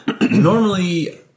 Normally